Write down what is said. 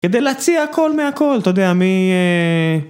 כדי להציע הכל מהכל, אתה יודע, מ...